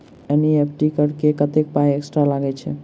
NEFT करऽ मे कत्तेक पाई एक्स्ट्रा लागई छई?